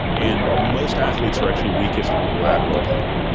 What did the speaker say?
and most athletes are actually weakest in the lateral plane,